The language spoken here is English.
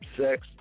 sex